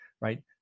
right